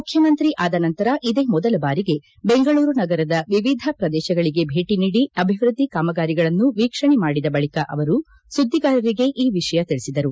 ಮುಖ್ಯಮಂತ್ರಿ ಆದ ನಂತರ ಮೊದಲ ಬಾರಿಗೆ ಬೆಂಗಳೂರು ನಗರದ ವಿವಿಧ ಪ್ರದೇಶಗಳಿಗೆ ಭೇಟಿ ನೀಡಿ ಅಭಿವೃದ್ಧಿ ಕಾಮಗಾರಿಗಳನ್ನು ವೀಕ್ಷಣೆ ಮಾಡಿದ ಬಳಿಕ ಅವರು ಸುದ್ದಿಗಾರರಿಗೆ ಈ ವಿಷಯ ತಿಳಿಸಿದರು